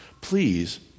please